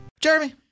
Jeremy